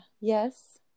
yes